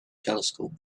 telescope